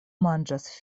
manĝas